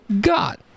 God